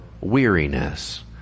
weariness